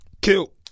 Kill